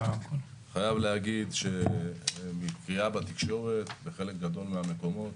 אני חייב להגיד שמקריאה בתקשורת בחלק גדול מהמקומות